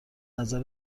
نظر